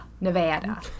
Nevada